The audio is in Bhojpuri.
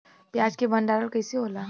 प्याज के भंडारन कइसे होला?